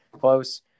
close